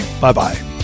Bye-bye